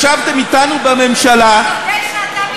שישבתם אתנו בממשלה, תודה שאתה מתגעגע אלינו.